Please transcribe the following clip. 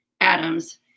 Adams